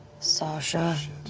sasha.